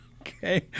Okay